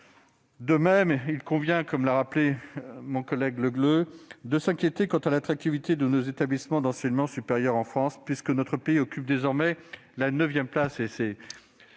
De même, il convient, comme l'a rappelé mon collègue Le Gleut, de s'inquiéter de l'attractivité de nos établissements d'enseignement supérieur en France, considérant que notre pays occupe désormais la neuvième